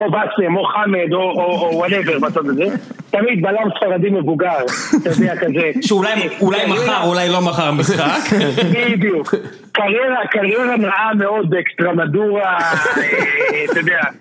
או באסם, או חמד, או וואטאבר בצד הזה תמיד בלם ספרדי מבוגר אתה יודע, כזה שאולי מחר, או אולי לא מחר משחק, בדיוק קריירה נראה מאוד דקסטרמדורה ת׳יודע